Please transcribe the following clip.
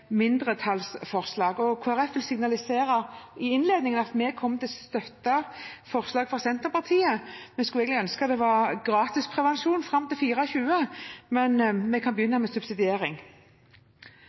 mindretallsforslag. Kristelig Folkeparti vil i innledningen signalisere at vi kommer til å støtte forslaget fra Senterpartiet. Vi skulle ønske det var gratis prevensjon fram til 24 år, men vi kan begynne